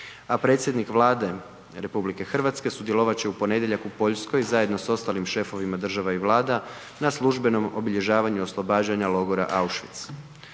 a predsjednik Vlade RH sudjelovat će u ponedjeljak u Poljskoj zajedno sa ostalim šefovima država i vlada na službenom obilježavanju oslobađanja logora Auschwitz.